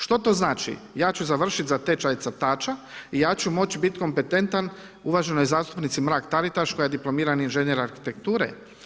Što to znači, ja ću završiti za tečaj crtača i ja ću moći biti kompetentan uvaženoj zastupnici Mrak Taritaš koja je diplomirani inženjer arhitekture.